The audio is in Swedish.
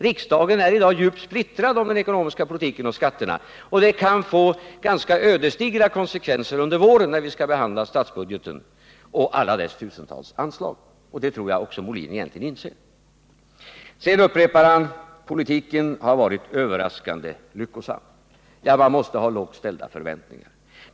Riksdagen är i dag djupt splittrad av den ekonomiska politiken och skatterna, och detta kan få ganska ödesdigra konsekvenser under våren när vi skall behandla statsbudgeten och alla dess tusentals anslag. Jag tror att också Björn Molin inser detta. Sedan upprepar han att politiken varit överraskande lyckosam. Ja, man måste ha lågt ställda förväntningar för att säga det.